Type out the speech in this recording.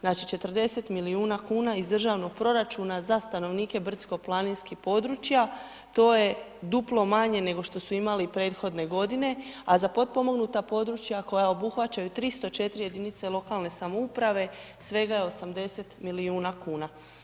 Znači, 40 milijuna kuna iz državnog proračuna za stanovnike brdsko-planinskih područja, to je duplo manje nego što su imali prethodne godine, a za potpomognuta područja, koja obuhvaćaju 304 jedinice lokalne samouprave, svega je 80 milijuna kn.